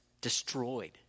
destroyed